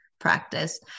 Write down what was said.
practice